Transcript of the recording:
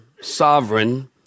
sovereign